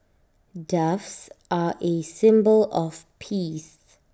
doves are A symbol of peace